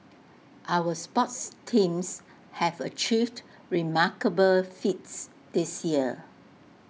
our sports teams have achieved remarkable feats this year